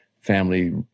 family